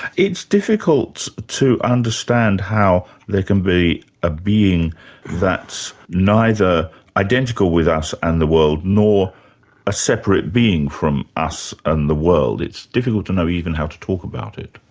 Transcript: it's difficult to understand how there can be a view that's neither identical with us and the world, nor a separate being from us and the world. it's difficult to know even how to talk about it.